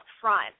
front